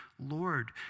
Lord